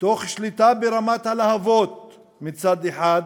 תוך שליטה ברמת הלהבות והמשך